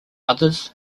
others